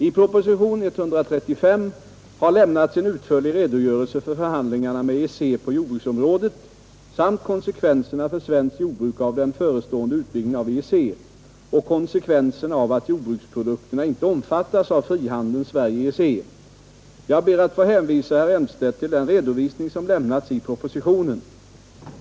I propositionen 135 år 1972 har lämnats en utförlig redogörelse för förhandlingarna med EEC på jordbruksområdet samt konsekvenserna för svenskt jordbruk av den förestående utvidgningen av EEC och konse kvenserna av att jordbruksprodukterna inte omfattas av frihandeln Sverige—EEC. Jag ber att få hänvisa herr Elmstedt till den redovisning som lämnats i propositionen.